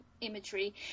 imagery